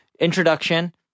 introduction